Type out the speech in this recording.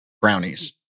brownies